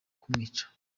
kumwica